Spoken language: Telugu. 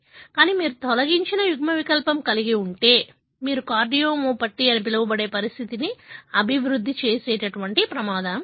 కానీ మీరు తొలగించిన యుగ్మవికల్పం కలిగి ఉంటే మీరు కార్డియోమయోపతి అని పిలవబడే పరిస్థితిని అభివృద్ధి చేసే ప్రమాదం ఉంది